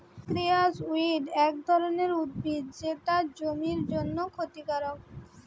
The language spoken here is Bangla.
নক্সিয়াস উইড এক ধরণের উদ্ভিদ যেটা জমির জন্যে ক্ষতিকারক